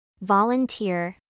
Volunteer